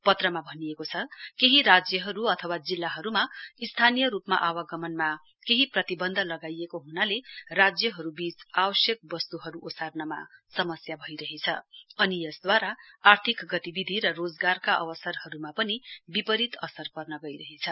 पत्रमा भनिएको छ केही राज्यहरू अथवा जिल्लाहरूमा स्थानीय रूपमा आवागमनमा केही प्रतिबन्ध लगाइएको हुनाले राज्यहरूबीच आवश्यक वस्तुहरू ओर्सानमा समस्या भइरहेछ अनि यसद्वारा आर्थिक गतिविधि र रोजगारका अवसरहरूमा पनि विपरीत असर पर्न गइरहेछ